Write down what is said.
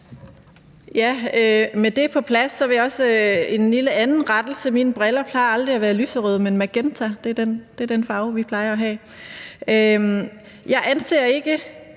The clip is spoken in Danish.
Med det på plads vil jeg komme med en anden lille rettelse. Mine briller plejer ikke at være lyserøde, men magenta. Det er den farve, vi plejer at have. Jeg anser ikke